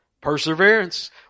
Perseverance